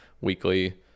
weekly